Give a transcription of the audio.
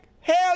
Hell